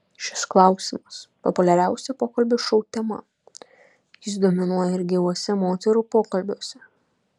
šis klausimas populiariausia pokalbių šou tema jis dominuoja ir gyvuose moterų pokalbiuose